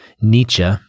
Nietzsche